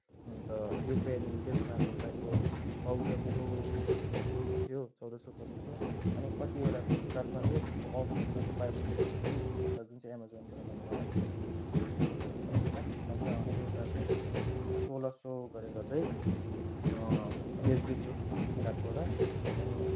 अन्त यो प्यान्ट त्यसमा तपाईँको चौध सयहरू थियो चौध सय पन्ध्र सय अनि कतिवटा फ्लिपकार्टमा चाहिँ त्यसको अफ अब जस्तै buy one get one free यता जुन चाहिँ एमाजोनबाट मैले मगाएको थिएँ हो त्यस्तो खालको चाहिँ थिएन त्यसमा चाहिँ एउटाको तपाईँको सोह्र सय गरेर चाहिँ बेच्दै थियो फ्लिपकार्टबाट अनि